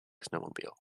snowmobile